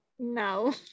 No